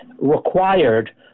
required